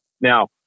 Now